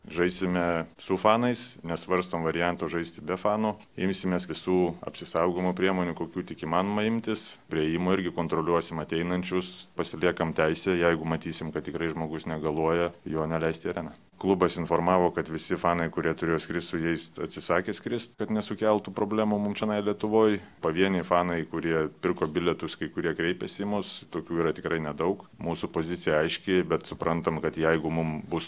žaisime su fanais nesvarstom varianto žaisti be fanų imsimės visų apsisaugojimo priemonių kokių tik įmanoma imtis prie įėjimo irgi kontroliuosim ateinančius pasiliekam teisę jeigu matysim kad tikrai žmogus negaluoja jo neleisti į areną klubas informavo kad visi fanai kurie turėjo skrist su jais atsisakė skrist kad nesukeltų problemų mum čionai lietuvoj pavieniai fanai kurie pirko bilietus kai kurie kreipėsi į mus tokių yra tikrai nedaug mūsų pozicija aiški bet suprantam kad jeigu mums bus